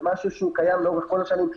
זה משהו שהוא קיים לאורך כל השנים.